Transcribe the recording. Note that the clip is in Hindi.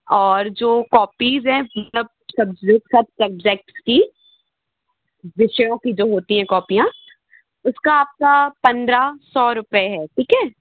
और जाे कॉपीज़ हैं मतलब सब्जेक्ट सब सब्जेक्ट्स की विषयों की जो होती हैं कॉपियाँ उसका आपका पन्द्रह सौ रुपए है ठीक है